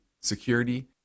security